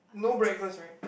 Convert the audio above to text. no breakfast right